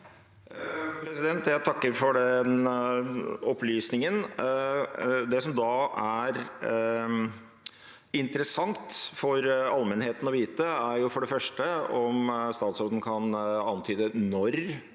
Jeg takker for den opplysningen. Det som da er interessant for allmennheten å vite, er for det første om statsråden kan antyde når